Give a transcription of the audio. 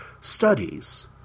studies